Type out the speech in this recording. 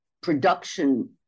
production